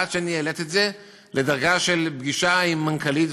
עד שהעליתי את זה לדרגה של פגישה עם המנכ"לית,